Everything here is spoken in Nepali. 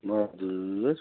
म हजुर